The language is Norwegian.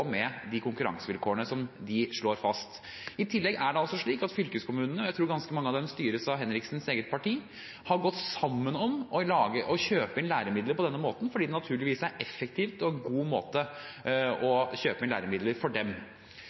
med konkurransevilkårene. I tillegg er det slik at fylkeskommunene – jeg tror ganske mange av dem styres av Henriksens eget parti – har gått sammen om å kjøpe inn læremidler på denne måten fordi det for dem naturligvis er en effektiv og god måte å kjøpe inn læremidler